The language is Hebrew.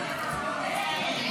כהצעת